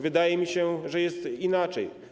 Wydaje mi się, że jest inaczej.